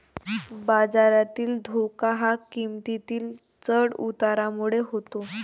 बाजारातील धोका हा किंमतीतील चढ उतारामुळे होतो